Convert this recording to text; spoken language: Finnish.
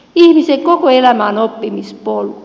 ihmisen koko elämä on oppimispolku